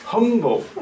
Humble